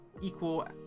equal